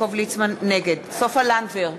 נגד סופה לנדבר,